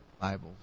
Bible